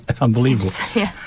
unbelievable